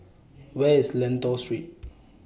Where IS Lentor Street